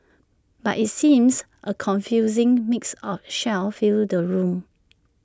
but IT seems A confusing mix of shell filled the room